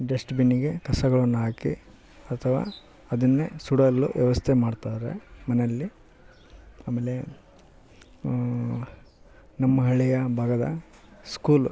ಡಸ್ಟ್ಬಿನ್ನಿಗೆ ಕಸಗಳನ್ನ ಹಾಕಿ ಅಥವ ಅದನ್ನೆ ಸುಡಲು ವ್ಯವಸ್ಥೆ ಮಾಡ್ತಾರೆ ಮನೆಯಲ್ಲಿ ಆಮೇಲೆ ನಮ್ಮ ಹಳ್ಳಿಯ ಭಾಗದ ಸ್ಕೂಲು